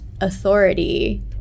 authority